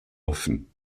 offen